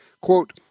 Quote